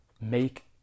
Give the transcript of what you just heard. Make